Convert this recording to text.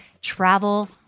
travel